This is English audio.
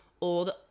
old